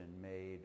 made